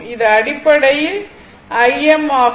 இது அடிப்படை Im ஆகும்